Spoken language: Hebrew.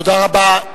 תודה רבה.